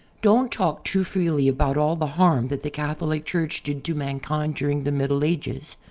don't talk too freely about all the harm that the catholic church did to mankind during the middle ages.